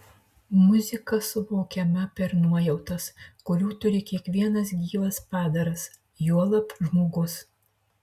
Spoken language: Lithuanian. muzika suvokiama per nuojautas kurių turi kiekvienas gyvas padaras juolab žmogus